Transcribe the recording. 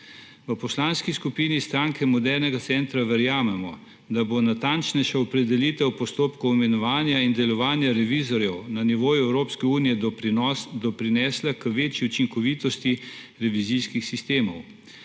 V Poslanski skupini Stranke modernega centra verjamemo, da bo natančnejša opredelitev postopkov imenovanja in delovanja revizorjev na nivoju Evropske unije doprinesla k večji učinkovitosti revizijskih sistemov.